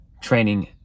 training